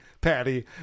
Patty